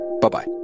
Bye-bye